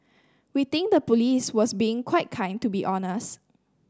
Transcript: we think the police was being quite kind to be honest